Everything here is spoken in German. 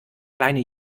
kleine